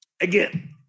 Again